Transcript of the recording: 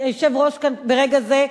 היושב-ראש ברגע זה,